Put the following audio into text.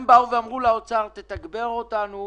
הם באו ואמרו לאוצר: תתגבר אותנו